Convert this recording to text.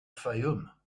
fayoum